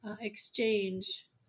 exchange